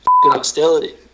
hostility